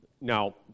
Now